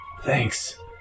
Thanks